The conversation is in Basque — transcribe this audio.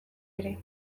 ere